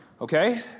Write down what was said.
okay